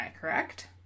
correct